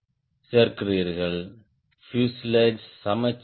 dihedral angle சரியாகவே இருக்கும் விளைவுகளின் அடிப்படையில் ஹை விங் என்ன செய்கிறது